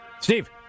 Steve